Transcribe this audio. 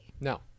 no